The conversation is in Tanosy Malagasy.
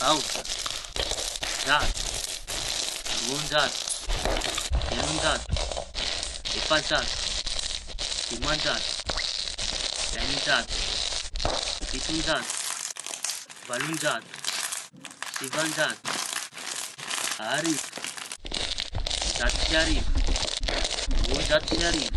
Aotra, zato, roan-jato, telon-jato, efa-jato, diman-jato, eñin-jato, fiton-jato, valon-jato, sivan-jato, arivo, zato sy arivo, roan-jato sy arivo.